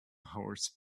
horse